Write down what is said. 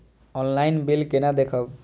Online bill केना देखब?